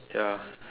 ya